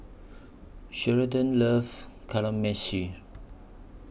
Sheridan loves